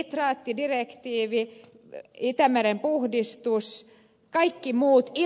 nitraattidirektiivi itämeren puhdistus ja kaikki muut